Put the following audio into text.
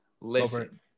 Listen